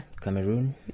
Cameroon